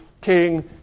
king